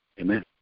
Amen